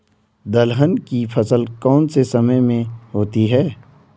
दलहन की फसल कौन से समय में होती है?